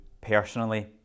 personally